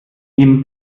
ihm